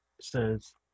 says